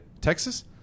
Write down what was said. Texas